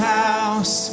house